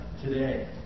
today